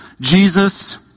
Jesus